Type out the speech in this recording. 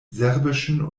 serbischen